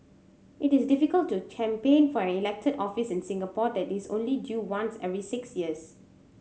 it is difficult to campaign for an elected office in Singapore that is only due once every six years